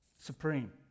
supreme